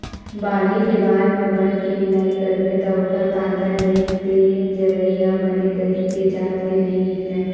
बाड़हे के बाद म बन के निंदई करबे त ओखर कांदा नइ ते जरई ह बने तरी के जात ले नइ निकलय